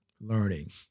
learning